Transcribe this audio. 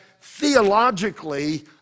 theologically